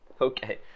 Okay